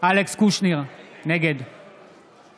אלכס קושניר, נגד